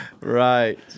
Right